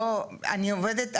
אני עובדת,